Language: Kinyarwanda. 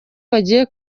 bagiye